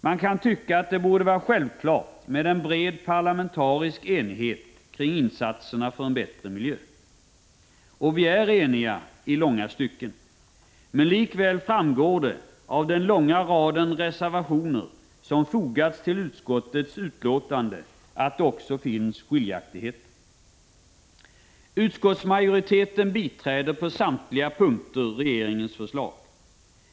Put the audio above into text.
Man kan tycka att det borde vara självklart med en bred parlamentarisk enighet kring insatserna för en bättre miljö. Vi är också eniga i långa stycken. Men likväl framgår det av den långa rad reservationer som fogats till utskottets betänkande att det också finns skiljaktigheter. Utskottsmajoriteten biträder på samtliga punkter regeringens förslag.